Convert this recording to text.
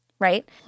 right